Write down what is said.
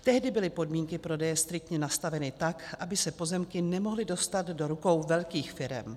Tehdy byly podmínky prodeje striktně nastaveny tak, aby se pozemky nemohly dostat do rukou velkých firem.